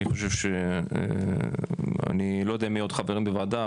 אני חושב שאני לא יודע מי עוד חברים בוועדה,